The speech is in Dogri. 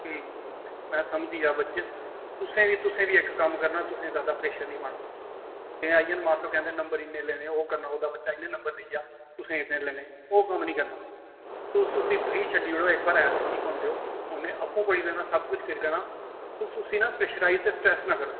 में समझी गेआ बच्चे बी तुसें बी इक कम्म करना तुसें ज्यादा प्रैशर नी पाना इ'यां आई गेआ ना मां प्यो कैंहदे नी इ'न्ने नंबर लैने ओह् करना ओह्दा बच्चा इ'न्ने नंबर लेई गेआ तुसें इ'न्ने लैने ओह् कम्म नी करना तुस उसी फ्री छड्डी ओड़ो इक बार हेल्थ ठीक होन देओ उ'नें आपूं पढ़ी लैना सब कुछ करी लैना तुस उसी ना प्रैशराइज ते स्ट्रैस ना करो